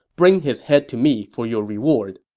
bring his head to me for your reward.